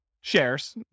shares